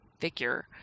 figure